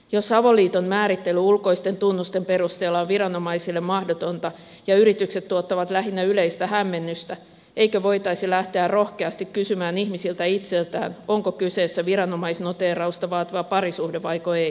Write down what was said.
jos avoliiton määrittely ulkoisten tunnusten perusteella on viranomaisille mahdotonta ja yritykset tuottavat lähinnä yleistä hämmennystä eikö voitaisi lähteä rohkeasti kysymään ihmisiltä itseltään onko kyseessä viranomaisnoteerausta vaativa parisuhde vaiko ei